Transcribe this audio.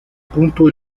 punto